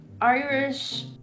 Irish